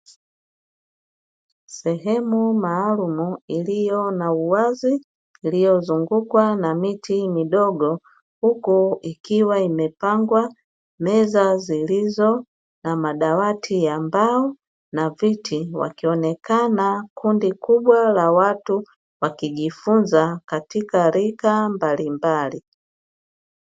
Sehemu maalumu iliyo na uwazi, iliyozungukwa na miti midogo, huku ikiwa imepangwa meza zilizo na madawati ya mbao na viti. Wakionekana kundi kubwa la watu, wakijifunza katika rika mbalimbali.